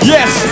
Yes